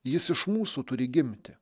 jis iš mūsų turi gimti